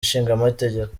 ishingamategeko